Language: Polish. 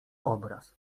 obraz